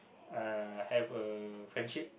uh have a friendship